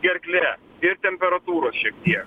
gerklė ir temperatūros šiek tiek